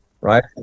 Right